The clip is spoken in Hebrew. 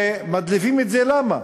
ומדליפים את זה, למה?